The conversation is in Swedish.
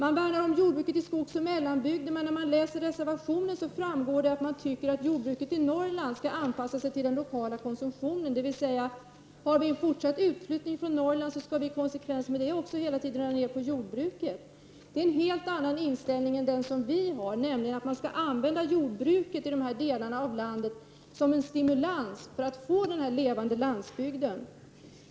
Man värnar om jordbruket i skogsoch mellanbygder, men av reservationen framgår det att man tycker att jordbruket i Norrland skall anpassa sig till den lokala konsumtionen. Det vill säga att man, om det sker en fortsatt utflyttning från Norrland, i konsekvens med det hela tiden skall dra ned på jordbruket. Det är en helt annan inställning än den som vi har, nämligen att man skall använda jordbruket i de här delarna av landet som en stimulans för att få en levande landsbygd.